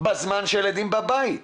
בזמן שהילדים בבית.